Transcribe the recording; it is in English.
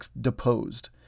deposed